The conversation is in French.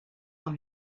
dans